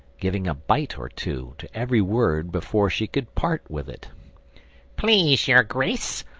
giving a bite or two to every word before she could part with it please your grace,